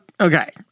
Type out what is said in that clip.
Okay